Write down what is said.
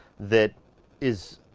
that is,